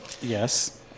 Yes